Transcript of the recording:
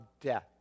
death